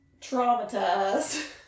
traumatized